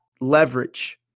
leverage